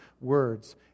words